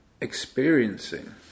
experiencing